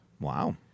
Wow